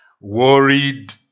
worried